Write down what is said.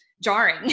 jarring